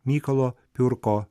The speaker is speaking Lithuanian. mykolo piurko